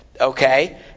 Okay